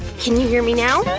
can you hear me now?